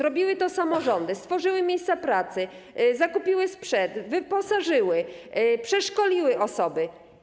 Robiły to samorządy, stworzyły miejsca pracy, zakupiły sprzęt, wyposażyły, przeszkoliły osoby.